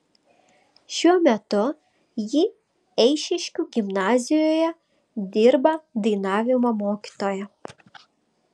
šiuo metu ji eišiškių gimnazijoje dirba dainavimo mokytoja